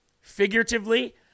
figuratively